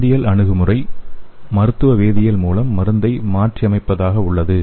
மருந்தியல் அணுகுமுறை மருத்துவ வேதியியல் மூலம் மருந்தை மாற்றியமைப்பதாக உள்ளது